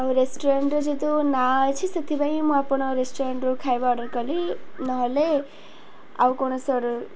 ଆଉ ରେଷ୍ଟୁରାଣ୍ଟରେ ଯେହେତୁ ନାଁ ଅଛି ସେଥିପାଇଁ ମୁଁ ଆପଣଙ୍କ ରେଷ୍ଟୁରାଣ୍ଟରୁ ଖାଇବା ଅର୍ଡ଼ର କଲି ନହେଲେ ଆଉ କୌଣସି ଅର୍ଡ଼ର